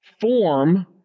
form